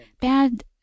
bad